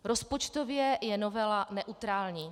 Rozpočtově je novela neutrální.